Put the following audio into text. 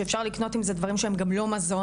שאפשר לקנות עם זה דברים שהם גם לא מזון